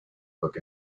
book